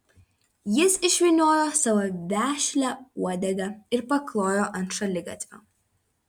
jis išvyniojo savo vešlią uodegą ir paklojo ant šaligatvio